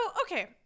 okay